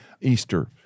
Easter